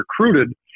recruited